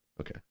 Okay